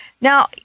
Now